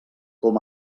com